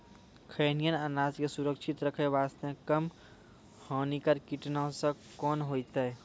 खैहियन अनाज के सुरक्षित रखे बास्ते, कम हानिकर कीटनासक कोंन होइतै?